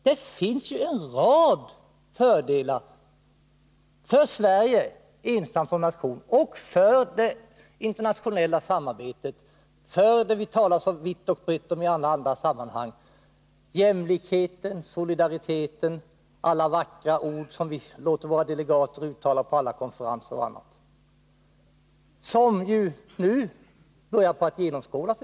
Det finns en rad fördelar för Sverige som nation och för det internationella samarbetet, för jämlikheten och solidariteten, som vi genom våra delegater i alla andra sammanhang talar så vitt och brett om. Allt detta tal börjar nu självfallet att genomskådas.